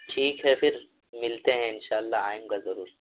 ٹھیک ہے پھر ملتے ہیں ان شاء اللہ آئیں گا ضرور